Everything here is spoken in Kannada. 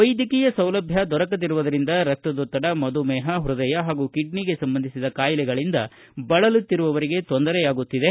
ವೈದ್ಯಕೀಯ ಸೌಲಭ್ಯ ದೊರಕುವುದರಿಂದ ರಕ್ತದೊತ್ತಡ ಮಧುಮೇಹ ಹೃದಯ ಹಾಗೂ ಕಿಡ್ನಿ ಸಂಬಂಧಿಸಿದ ಕಾಯಿಲೆಗಳಿಂದ ಬಳಲುತ್ತಿರುವವರಿಗೆ ತೊಂದರೆಯಾಗುತ್ತಿದೆ